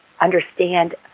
understand